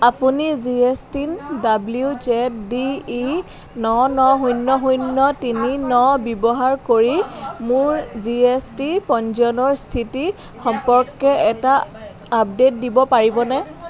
আপুনি G S T I N W Z D E ন ন শূন্য শূন্য তিনি ন ব্যৱহাৰ কৰি মোৰ জি এছ টি পঞ্জীয়নৰ স্থিতি সম্পৰ্কে এটা আপডেট দিব পাৰিবনে